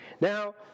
Now